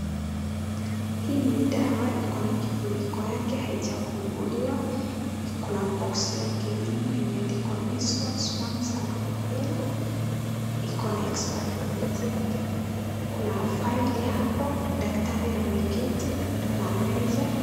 Hii ni dawa, iko na kifuniko yake haijafunguliwa. Kuna boxi yake nyuma imeandikwa Measles, Mumps and Rubella . Iko na expiry date yake. Kuna faili hapo, daktari ameketi, kuna meza.